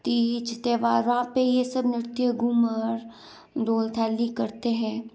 तीज त्यौहार वहाँ पे ये सब नृत्य घूमर ढोल थाली करते हैं